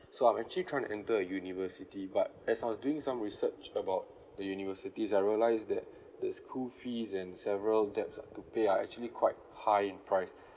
so I'm actually trying to enter a university but as I was doing some research about the universities I realise that there's school fees and several that I have to pay are actually quite high in price